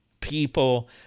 people